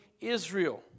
Israel